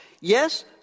yes